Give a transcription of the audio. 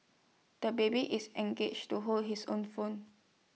the baby is engage to hold his own phone